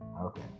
okay